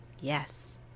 Yes